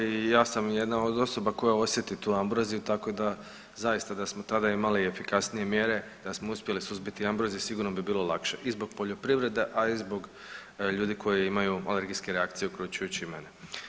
I ja sam jedna od osoba koja osjeti tu ambroziju, tako da zaista da smo tada imali efikasnije mjere, da smo uspjeli suzbiti ambroziju sigurno bi bilo lakše i zbog poljoprivrede, a i zbog ljudi koji imaju alergijske reakcije uključujući i mene.